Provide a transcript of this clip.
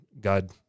God